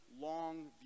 long